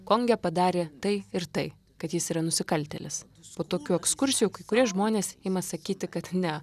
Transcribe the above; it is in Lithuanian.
konge padarė tai ir tai kad jis yra nusikaltėlis po tokių ekskursijų kai kurie žmonės ima sakyti kad ne